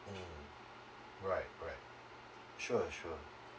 mm all right all right sure sure